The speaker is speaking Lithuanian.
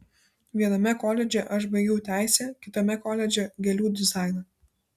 viename koledže aš baigiau teisę kitame koledže gėlių dizainą